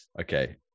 okay